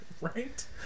right